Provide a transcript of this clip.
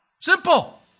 Simple